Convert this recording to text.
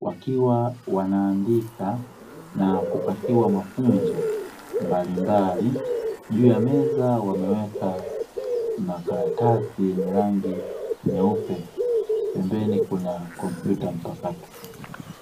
wakiwa wanaandika na kupatiwa mafunzo mbalimbali. Juu ya meza wameweka makaratasi yenye rangi nyeupe, pembeni kuna kompyuta mpakato.